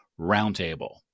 Roundtable